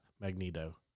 Magneto